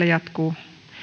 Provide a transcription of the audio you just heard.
jatkuu